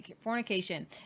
fornication